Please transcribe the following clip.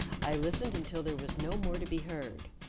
i listened until there was no more to be heard,